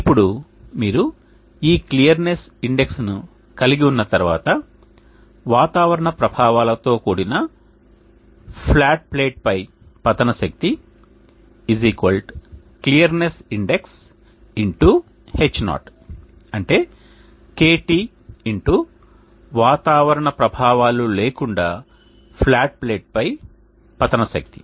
ఇప్పుడు మీరు ఈ క్లియర్నెస్ ఇండెక్స్ను కలిగి ఉన్న తర్వాత వాతావరణ ప్రభావాలతో కూడిన ఫ్లాట్ ప్లేట్ పై పతన శక్తి క్లియర్నెస్ ఇండెక్స్ x H0 అంటే KT x వాతావరణ ప్రభావాలు లేకుండా ప్లేట్ పై పతన శక్తి